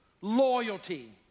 loyalty